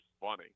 funny